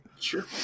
Sure